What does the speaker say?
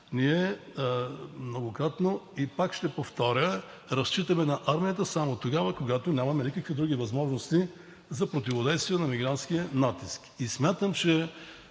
нашата страна. Пак ще повторя, че разчитаме на армията само тогава, когато нямаме никакви други възможности за противодействие на мигрантския натиск. Апелирам и